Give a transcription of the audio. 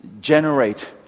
generate